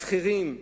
בשכירים,